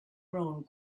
blown